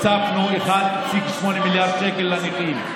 הוספנו 1.8 מיליארד שקל לנכים.